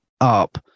up